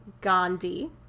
Gandhi